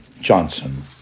Johnson